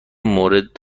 مورد